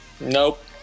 Nope